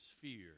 fear